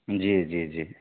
جی جی جی